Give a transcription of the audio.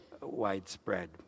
widespread